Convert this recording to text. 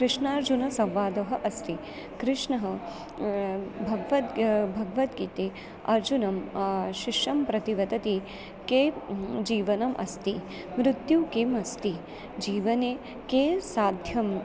कृष्णार्जुनसंवादः अस्ति कृष्णः भग् भगवद्गीता अर्जुनं शिष्यं प्रति वदति के जीवनम् अस्ति मृत्युः किम् अस्ति जीवने के साध्यम्